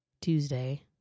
Tuesday